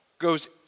goes